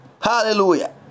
Hallelujah